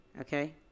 Okay